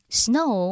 snow